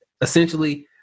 essentially